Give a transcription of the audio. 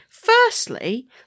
Firstly